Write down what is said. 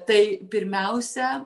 tai pirmiausia